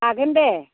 हागोन दे